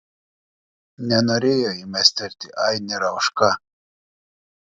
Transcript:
nenorėjo jai mestelėti ai nėra už ką